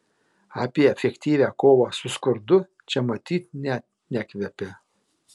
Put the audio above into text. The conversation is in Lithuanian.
apie efektyvią kovą su skurdu čia matyt ne nekvepia